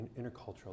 intercultural